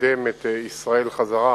לקדם את ישראל חזרה